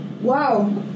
Wow